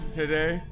today